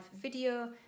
video